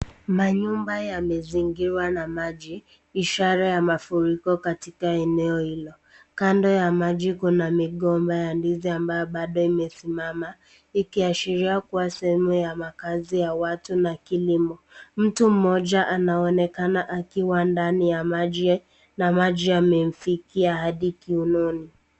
Manyumba yamezingirwa na maji ishara ya mafuriko katika eneo hilo. Kando ya maji Kuna migomba ya ndizi ambayo bado imesimama, ikiashiria kuwa sehemu ya makaazi ya watu na kilimo. Mtu mmoja anaonekana akiwa ndani ya maji na maji yamemfikia hadi kiunoni.